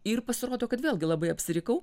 ir pasirodo kad vėlgi labai apsirikau